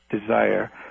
desire